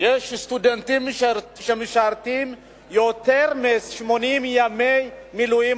סטודנטים שמשרתים יותר מ-80 ימי מילואים,